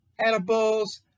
edibles